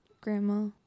Grandma